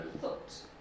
thought